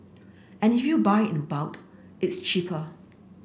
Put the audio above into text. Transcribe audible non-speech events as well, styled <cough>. and if you buy in <unintelligible> it's cheaper